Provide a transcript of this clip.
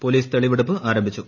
police തെളിവെടുപ്പ് ആരംഭിച്ചു